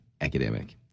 academic